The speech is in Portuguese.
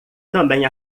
também